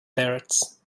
parrots